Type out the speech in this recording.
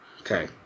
Okay